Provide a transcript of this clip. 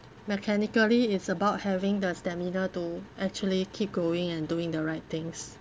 mechanically it's about having the stamina to actually keep going and doing the right things